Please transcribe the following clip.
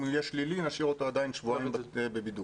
יהיה שלילי אנחנו נשאיר אותו עדיין שבועיים בבידוד,